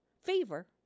fever